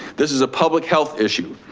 this is a public health issue,